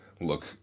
look